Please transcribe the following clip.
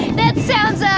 that sounds.